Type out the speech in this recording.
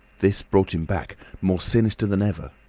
this brought him back, more sinister than ever.